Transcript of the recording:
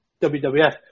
WWF